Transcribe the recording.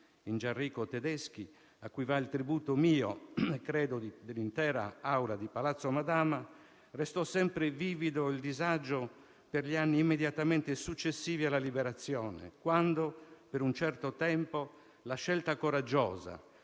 in Gianrico Tedeschi, a cui va il tributo mio e credo dell'intera Assemblea di Palazzo Madama, restò sempre vivido il disagio per gli anni immediatamente successivi alla Liberazione, quando, per un certo tempo, la scelta coraggiosa,